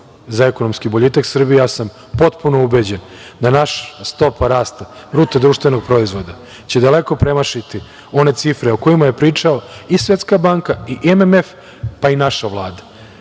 za ekonomski boljitak Srbije. Ja sam potpuno ubeđen da naša stopa rasta BDP će daleko premašiti one cifre o kojima je pričala i Svetska banka i MMF, pa i naša Vlada.